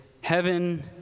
heaven